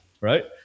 right